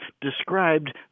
described